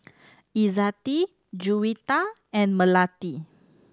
Izzati Juwita and Melati